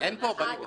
לכן אין פה עלות